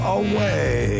away